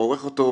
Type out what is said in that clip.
עורך אותו פרופ'